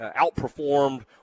outperformed